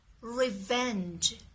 Revenge